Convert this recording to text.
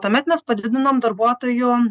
tuomet mes padidinom darbuotojų